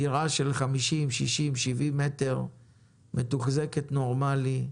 דירה של 50, 60, 70 מטרים מתוחזקת באופן נורמלי.